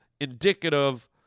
indicative